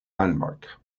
landmark